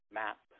map